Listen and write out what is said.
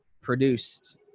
produced